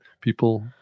people